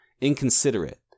inconsiderate